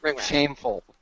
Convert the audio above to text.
shameful